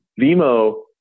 Vimo